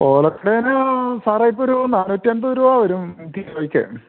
ഓലക്കൊടിയൻ സാറേ ഇപ്പം ഒരു നാന്നുറ്റി എൻപത് രൂപ വരും കിലോയ്ക്ക്